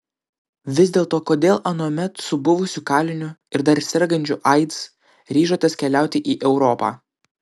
vis dėlto kodėl anuomet su buvusiu kaliniu ir dar sergančiu aids ryžotės keliauti į europą